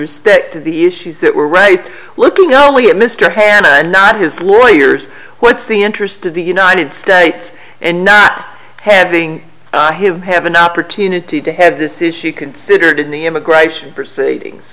respect to the issues that were right looking only at mr and not his lawyers what's the interest of the united states and not having him have an opportunity to have this issue considered in the immigration proceedings